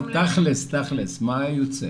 אבל תכלס, מה יוצא?